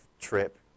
trip